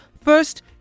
First